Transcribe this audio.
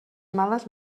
males